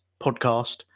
podcast